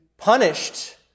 Punished